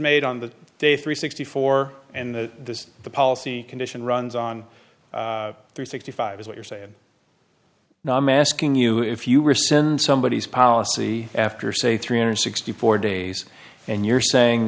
made on the day three sixty four and the the policy condition runs on three sixty five is what you're saying no i'm asking you if you were send somebody is policy after say three hundred sixty four days and you're saying